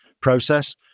process